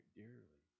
dearly